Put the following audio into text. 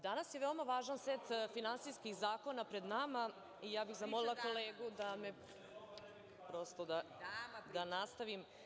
Danas je veoma važan set finansijskih zakona pred nama i zamolila bih kolegu, prosto da nastavim.